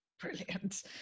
brilliant